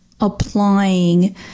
applying